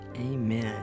Amen